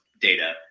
data